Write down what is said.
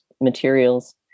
materials